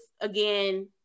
again